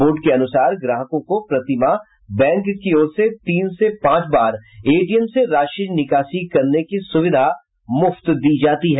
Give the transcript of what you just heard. board के अनुसार ग्राहकों को प्रति माह बैंक की ओर से तीन से पांच बार एटीएम से राशि निकास करने की सुविधा मुफ्त दी जाती है